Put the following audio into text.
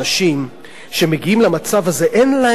אנשים שמגיעים למצב הזה אין להם,